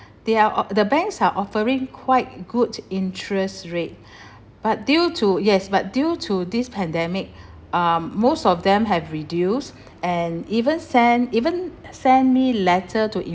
they are o~ the banks are offering quite good interest rate but due to yes but due to this pandemic um most of them have reduced and even sent even sent me letter to